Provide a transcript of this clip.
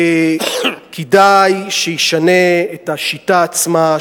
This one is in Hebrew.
כדאי שישנה את השיטה עצמה,